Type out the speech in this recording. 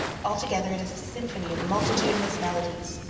altogether it is a symphony of multitudinous melodies.